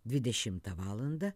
dvidešimtą valandą